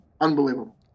Unbelievable